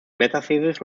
metathesis